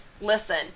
listen